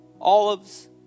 olives